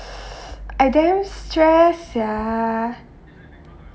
I damn stress sia